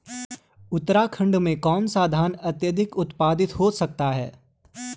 उत्तराखंड में कौन सा धान अत्याधिक उत्पादित हो सकता है?